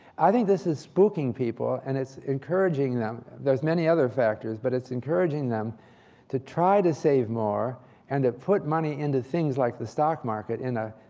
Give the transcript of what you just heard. i think this is spooking people, and it's encouraging them there's many other factors, but it's encouraging them to try to save more and to put money into things like the stock market in a,